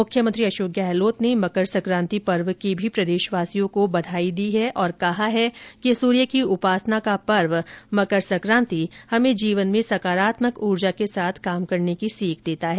मुख्यमंत्री अशोक गहलोत ने मकर संक्रांति पर्व की भी प्रदेशवासियों को बधाई देते हए कहा है कि सूर्य की उपासना का पर्व मकर संक्रांति हमें जीवन में सकारात्मक ऊर्जा के साथ काम करने की सीख देता है